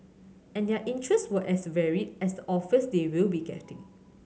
and their interest were as varied as the offers they will be gettin